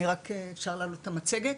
רק אפשר להעלות את המצגת?